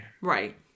Right